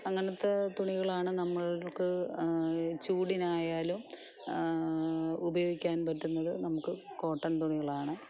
അങ്ങനത്തെ തുണികളാണ് നമുക്ക് ചൂടിനായാലും ഉപയോഗിക്കാൻ പറ്റുന്നത് നമുക്ക് കോട്ടൻ തുണികളാണ്